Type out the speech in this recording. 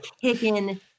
kicking